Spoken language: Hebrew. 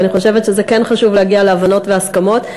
ואני חושבת שזה כן חשוב להגיע להבנות ולהסכמות.